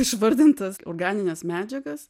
išvardintas organines medžiagas